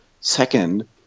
Second